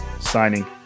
signing